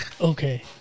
Okay